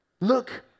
look